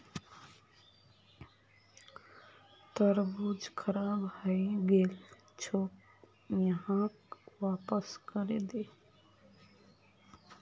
तरबूज खराब हइ गेल छोक, यहाक वापस करे दे